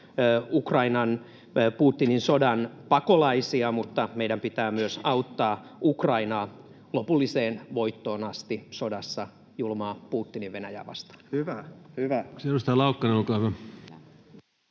Ukrainan Putinin sodan pakolaisia, mutta meidän pitää myös auttaa Ukrainaa lopulliseen voittoon asti sodassa julmaa Putinin Venäjää vastaan. Kiitoksia.